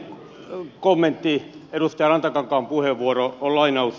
toinen kommentti edustaja rantakankaan puheenvuoroon on lainaus